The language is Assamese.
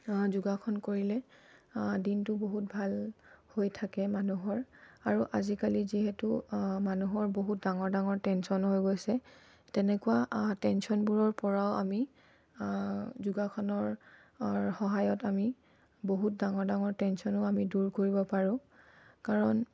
যোগাসন কৰিলে দিনটো বহুত ভাল হৈ থাকে মানুহৰ আৰু আজিকালি যিহেতু মানুহৰ বহুত ডাঙৰ ডাঙৰ টেনচন হৈ গৈছে তেনেকুৱা টেনশ্যনবোৰৰ পৰাও আমি যোগাসনৰ সহায়ত আমি বহুত ডাঙৰ ডাঙৰ টেনশ্যনো আমি দূৰ কৰিব পাৰোঁ কাৰণ